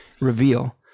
reveal